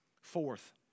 Fourth